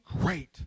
great